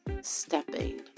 stepping